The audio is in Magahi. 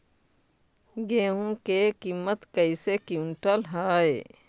गेहू के किमत कैसे क्विंटल है?